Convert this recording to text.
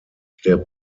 der